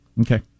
Okay